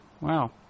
Wow